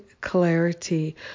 clarity